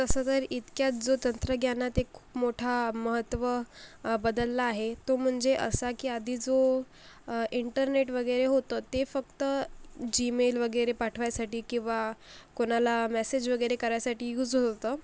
तसं तर इतक्यात जो तंत्रज्ञानात एक खूप मोठा महत्त्व बदलला आहे तो म्हणजे असा की आधी जो इंटरनेट वगैरे होतं ते फक्त जीमेल वगैरे पाठवायसाठी किंवा कुणाला मेसेज वगैरे करायसाठी यूज होत होतं